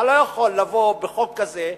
אדוני היושב-ראש, אתה לא יכול לבוא בחוק כזה,